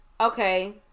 okay